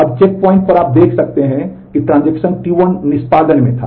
अब चेकपॉइंट पर आप देख सकते हैं कि ट्रांजेक्शन T1 निष्पादन में था